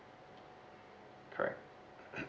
correct